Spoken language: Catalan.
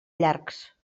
llargs